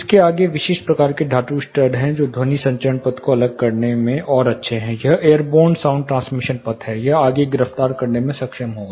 इसके आगे विशिष्ट प्रकार के धातु स्टड हैं जो ध्वनि संचरण पथ को अलग करने में और अच्छे हैं यह एयरबोर्न साउंड ट्रांसमिशन पथ है यह आगे गिरफ्तार करने में सक्षम होगा